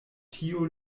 tio